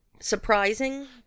surprising